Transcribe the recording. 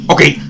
Okay